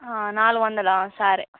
నాలుగు వందలా సరే